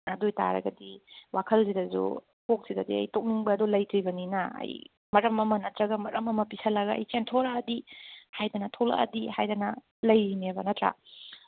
ꯑꯥ ꯑꯗꯨ ꯑꯣꯏꯇꯔꯒꯗꯤ ꯋꯥꯈꯜꯁꯤꯗꯁꯨ ꯀꯣꯛꯁꯤꯗꯗꯤ ꯑꯩ ꯇꯣꯛꯅꯤꯡꯕꯗꯨ ꯂꯩꯇ꯭ꯔꯤꯕꯅꯤꯅ ꯑꯩ ꯃꯔꯝ ꯑꯃ ꯅꯠꯇ꯭ꯔꯒ ꯃꯔꯝ ꯑꯃ ꯄꯤꯁꯤꯜꯂꯒ ꯑꯩ ꯆꯦꯟꯊꯣꯔꯛꯂꯗꯤ ꯍꯥꯏꯗꯅ ꯊꯣꯛꯂꯛꯂꯗꯤ ꯍꯥꯏꯗꯅ ꯂꯩꯔꯤꯅꯦꯕ ꯅꯠꯇ꯭ꯔ